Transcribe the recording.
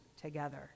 together